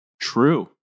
True